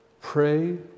pray